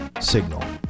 signal